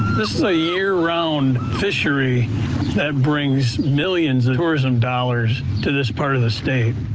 this is a year round fishery that brings millions of tourism dollars to this part of the state.